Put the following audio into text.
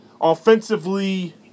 Offensively